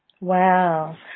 Wow